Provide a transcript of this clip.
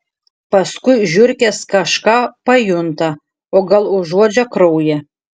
paskui žiurkės kažką pajunta o gal užuodžia kraują